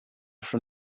from